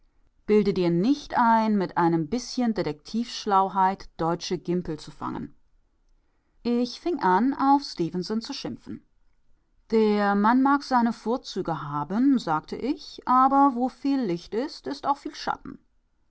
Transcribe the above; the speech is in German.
bilde dir nicht ein mit einem bißchen detektivschlauheit deutsche gimpel zu fangen ich fing an auf stefenson zu schimpfen der mann mag seine vorzüge haben sagte ich aber wo viel licht ist ist auch viel schatten